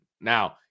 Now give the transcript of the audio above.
Now